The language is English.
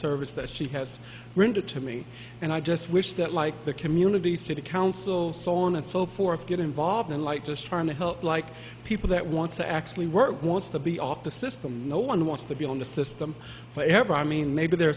service that she has rendered to me and i just wish that like the community city council so on and so forth get involved in like just trying to help like people that want to actually work wants to be off the system no one wants to be on the system for ever i mean maybe there